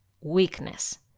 Weakness